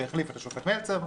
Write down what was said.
שהחליף את השופט מלצר.